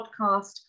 podcast